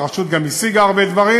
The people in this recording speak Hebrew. והרשות גם השיגה הרבה דברים,